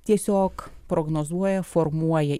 tiesiog prognozuoja formuoja